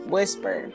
Whisper